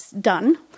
done